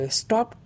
stop